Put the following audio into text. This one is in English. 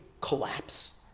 collapse